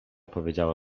powiedziała